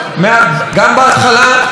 גם באמצע וגם בסוף.